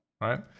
right